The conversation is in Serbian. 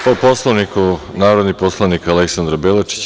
Po Poslovniku narodni poslanik Aleksandra Belačić.